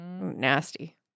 Nasty